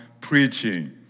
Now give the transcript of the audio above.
preaching